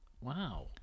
wow